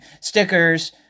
stickers